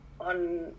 on